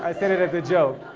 i say that as a joke.